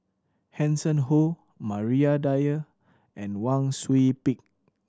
Hanson Ho Maria Dyer and Wang Sui Pick